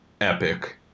epic